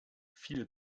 viel